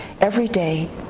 everyday